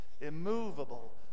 immovable